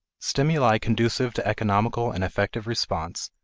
stimuli conducive to economical and effective response,